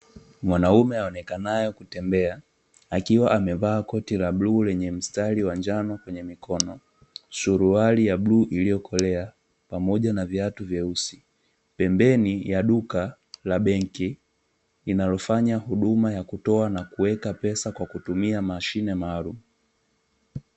Mwanaume aonekanaye anatembea akiwa amevaa koti la bluu lenye mistari ya njano kwenye mikono, suruali ya bluu iliyokolea pamoja na viatu vyeusi pembeni ya duka la benki linalofanya huduma ya kutoa na kuweka pesa kwa kutumia mashine maalumu.